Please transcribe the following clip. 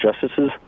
justices